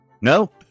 No